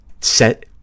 set